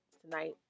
Tonight